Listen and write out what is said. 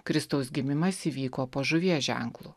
kristaus gimimas įvyko po žuvies ženklu